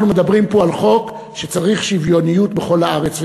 אנחנו מדברים פה על חוק שצריך שוויוניות בכל הארץ.